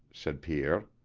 said pierre,